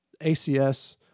ACS